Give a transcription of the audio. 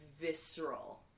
visceral